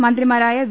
മന്ത്രിമാരായ വി